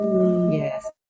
Yes